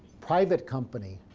private company,